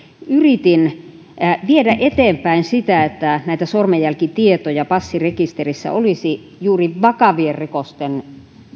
yritin viedä eteenpäin sitä että sormenjälkitietoja passirekisterissä olisi juuri vakavien rikosten